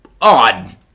odd